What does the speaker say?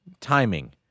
timing